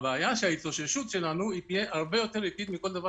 הבעיה שההתאוששות שלנו תהיה הרבה יותר איטית מכל דבר